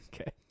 okay